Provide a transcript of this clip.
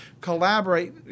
collaborate